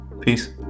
peace